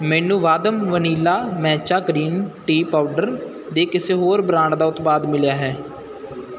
ਮੈਨੂੰ Wahdam vanilla matcha green tea powder ਦੇ ਕਿਸੇ ਹੋਰ ਬ੍ਰਾਂਡ ਦਾ ਉਤਪਾਦ ਮਿਲਿਆ ਹੈ